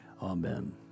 Amen